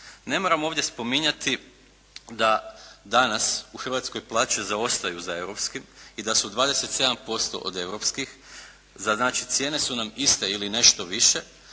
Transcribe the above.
Ne moram ovdje spominjati da danas u Hrvatskoj plaće zaostaju za europskim i da su 27% od europskih. Znači, cijene su nam iste ili nešto više,